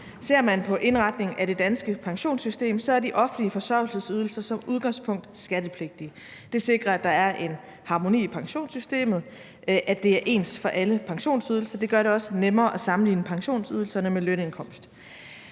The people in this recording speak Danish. Ser man på indretningen af det danske pensionssystem, så er de offentlige forsørgelsesydelser som udgangspunkt skattepligtige. Det sikrer, at der er en harmoni i pensionssystemet, altså at det er ens for alle pensionsydelser. Det gør det også nemmere at sammenligne pensionsydelserne med lønindkomst.